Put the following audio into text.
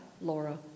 Laura